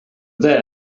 there